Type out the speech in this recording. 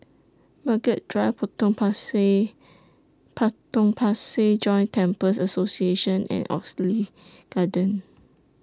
Margaret Drive Potong Pasir Potong Pasir Joint Temples Association and Oxley Garden